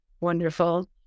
wonderful